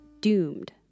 Doomed